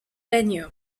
venue